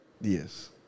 Yes